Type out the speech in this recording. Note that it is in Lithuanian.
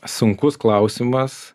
sunkus klausimas